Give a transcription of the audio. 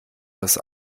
das